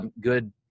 good